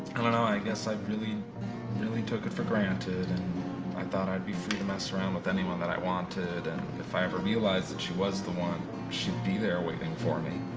i don't know i guess i've really really took it for granted, and i thought i'd be free to mess around with anyone that i wanted, wanted, and if i ever realized that she was the one she'd be there, waiting for me.